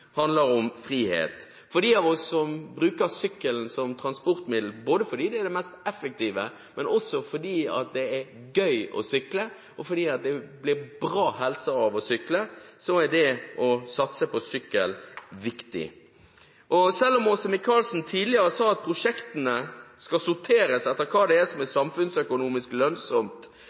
handler om frihet. For dem av oss som bruker sykkelen som transportmiddel, både fordi det er det mest effektive, fordi det er gøy å sykle og fordi det gir bra helse å sykle, er det å satse på sykkel viktig. Selv om Åse Michaelsen tidligere sa at prosjektene skal sorteres etter hva som er samfunnsøkonomisk lønnsomt, og selv om Høyre i opposisjon sa at sykkelsatsingen er den samfunnsøkonomisk